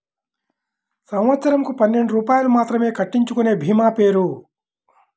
సంవత్సరంకు పన్నెండు రూపాయలు మాత్రమే కట్టించుకొనే భీమా పేరు?